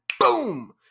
boom